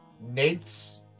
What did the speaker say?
Nate's